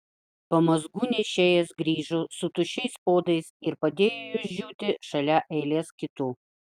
pamazgų nešėjas grįžo su tuščiais puodais ir padėjo juos džiūti šalia eilės kitų